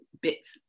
bits